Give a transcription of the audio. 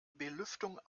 belüftung